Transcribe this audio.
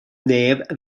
neb